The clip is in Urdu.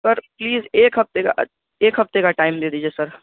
سر پلیز ایک ہفتے کا ایک ہفتے کا ٹائم دے دیجیے سر